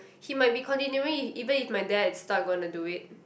he might be continuing even if my dad is not gonna do it